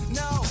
no